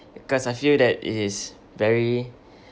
cause I feel that it is very